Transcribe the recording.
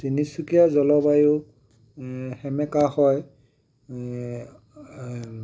তিনিচুকীয়াৰ জলবায়ু সেমেকা হয়